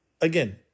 again